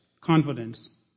confidence